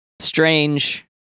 strange